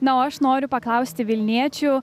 na o aš noriu paklausti vilniečių